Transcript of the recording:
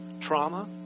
trauma